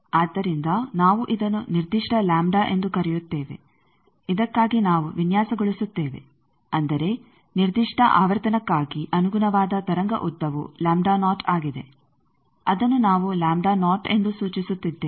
ಆದ್ದರಿಂದ ನಾವು ಇದನ್ನು ನಿರ್ದಿಷ್ಟ ಲಾಂಬ್ಡಾ ಎಂದು ಕರೆಯುತ್ತೇವೆ ಇದಕ್ಕಾಗಿ ನಾವು ವಿನ್ಯಾಸಗೊಳಿಸುತ್ತೇವೆ ಅಂದರೆ ನಿರ್ದಿಷ್ಟ ಆವರ್ತನಕ್ಕಾಗಿ ಅನುಗುಣವಾದ ತರಂಗ ಉದ್ದವು ಆಗಿದೆ ಅದನ್ನು ನಾವು ಎಂದು ಸೂಚಿಸುತ್ತಿದ್ದೇವೆ